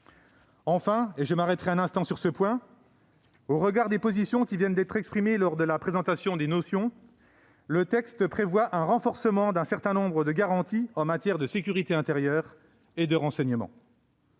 notion. Je m'arrêterai enfin un instant sur un point, au regard des positions qui viennent d'être exprimées en présentation des motions : le texte prévoit d'accroître un certain nombre de garanties en matière de sécurité intérieure et de renseignement,